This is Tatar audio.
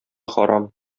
харам